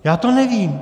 Já to nevím!